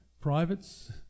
Privates